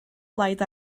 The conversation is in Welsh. blaid